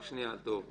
רק שנייה דב.